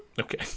Okay